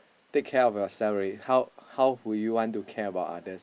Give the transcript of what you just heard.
take care of yourself already how how would you want to care about others